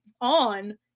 on